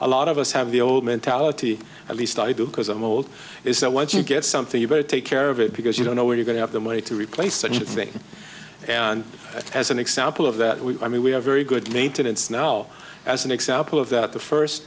a lot of us have the old mentality at least i do because i'm old is that once you get something you better take care of it because you don't know where you're going to have the money to replace that thing and as an example of that we i mean we have very good need to it's now as an example of that the first